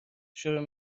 شروع